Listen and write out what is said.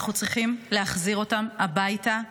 אנחנו צריכים להחזיר אותם הביתה עכשיו.